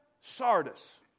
Sardis